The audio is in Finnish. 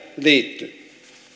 liittyy